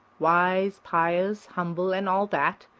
wise, pious, humble and all that,